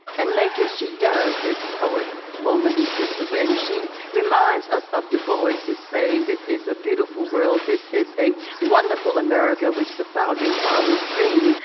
and make it she does, this poet woman, sister gwen. she reminds us of du bois's saying, this is a beautiful world. this is a wonderful america which the founding fathers dream.